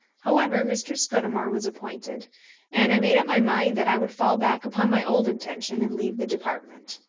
however, mr. scudamore was appointed and i made up my mind that i would fall back upon my old intention, and leave the department.